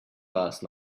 last